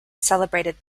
celebrated